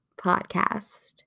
podcast